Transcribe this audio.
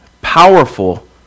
powerful